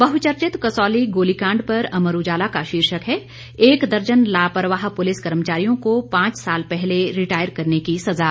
बहचर्चित कसौली गोलीकांड पर अमर उजाला का शीर्षक है एक दर्जन लापरवाह पुलिस कर्मचारियों को पांच साल पहले रिटायर करने की सजा